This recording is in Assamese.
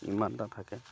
ইমানটা থাকে